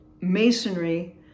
masonry